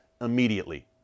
immediately